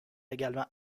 également